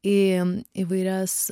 į įvairias